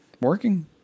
working